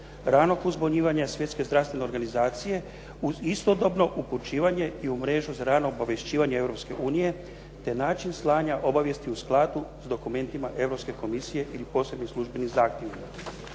ranog uzbunjivanja Svjetske zdravstvene organizacije uz istodobno upućivanje i u mrežu za rano obavješćivanje Europske unije te način slanja obavijesti u skladu sa dokumentima Europske komisije ili posebnim službenim zahtjevima.